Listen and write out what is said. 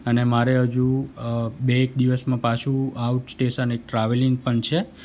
અને મારે હજુ બેક દિવસમાં પાછું આઉટ સ્ટેશને ટ્રાવેલિંગ પણ છે